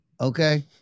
Okay